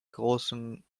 großen